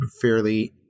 fairly